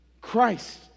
Christ